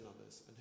others